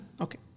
Okay